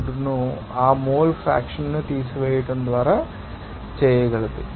992 ను ఆ mole fraction నుండి తీసివేయడం ద్వారా చేయగలదు